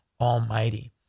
Almighty